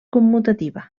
commutativa